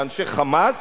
לאנשי "חמאס",